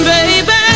Baby